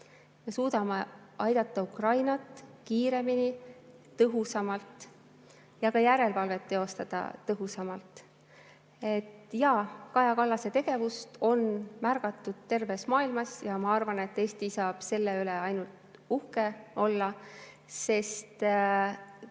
Me suudame aidata Ukrainat kiiremini ja tõhusamalt ning ka järelevalvet teostada tõhusamalt. Jaa, Kaja Kallase tegevust on märgatud terves maailmas ja ma arvan, et Eesti saab selle üle uhke olla. Seda